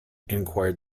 enquired